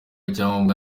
icyangombwa